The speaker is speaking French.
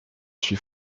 suis